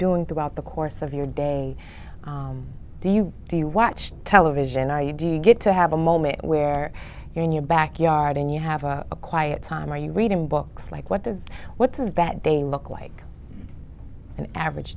doing throughout the course of your day do you do you watch television i do you get to have a moment where you are in your backyard and you have a quiet time are you reading books like what the what the that they look like an average